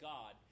God